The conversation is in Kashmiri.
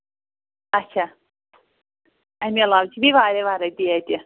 اَچھا اَمہِ علاوٕ چھِ بیٚیہِ واریاہ واریاہ تہِ ییٚتہِ